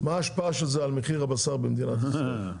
מה ההשפעה של זה על מחיר הבשר במדינת ישראל?